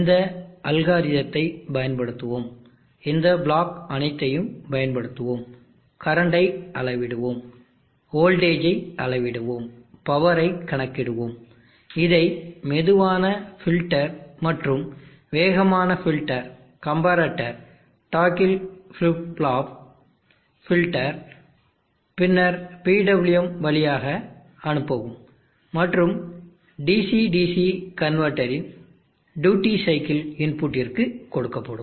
இந்த அல்காரிதத்தை பயன்படுத்துவோம் இந்த பிளாக் அனைத்தையும் பயன்படுத்துவோம் கரண்டை அளவிடுவோம் வோல்டேஜை அளவிடுவோம் பவரை கணக்கிடுவோம் இதை மெதுவான ஃபில்டர் மற்றும் வேகமான ஃபில்டர் கம்பரட்டர் டாக்கில் ஃபிளிப் ஃப்ளாப் ஃபில்டர் பின்னர் PWM வழியாக அனுப்பவும் மற்றும் DC DC கன்வெர்ட்டரின் டியூட்டி சைக்கிள் இன்புட்டிற்கு கொடுக்கப்படும்